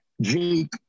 Jake